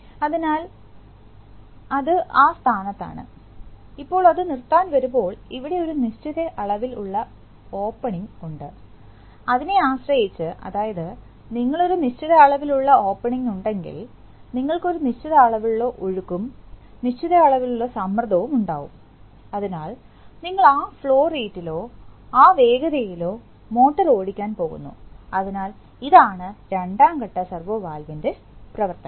അതിനാൽ അത് ആ സ്ഥാനത്താണ് ഇപ്പോൾ അത് നിർത്താൻ വരുമ്പോൾ ഇവിടെ ഒരു നിശ്ചിത അളവിൽ ഉള്ള ഓപ്പണിങ് ഉണ്ട് അതിനെ ആശ്രയിച്ച് അതായത് നിങ്ങൾക്ക് ഒരു നിശ്ചിത അളവിൽ ഉള്ള ഓപ്പണിങ് ഉണ്ടെങ്കിൽ നിങ്ങൾക്ക് ഒരു നിശ്ചിത അളവിലുള്ള ഒഴുക്കും നിശ്ചിത അളവിലുള്ള സമ്മർദ്ദവും ഉണ്ടാവും അതിനാൽ നിങ്ങൾ ആ ഫ്ലോ റേറ്റിലോ ആ വേഗതയിലോ മോട്ടോർ ഓടിക്കാൻ പോകുന്നു അതിനാൽ ഇതാണ് രണ്ടാം ഘട്ട സെർവോ വാൽവിൻറെ പ്രവർത്തനം